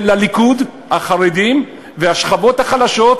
לליכוד, החרדים והשכבות החלשות,